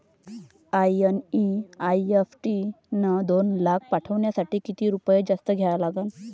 NEFT न दोन लाख पाठवासाठी किती रुपये जास्तचे द्या लागन?